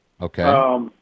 Okay